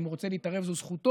אם הוא רוצה להתערב זאת זכותו,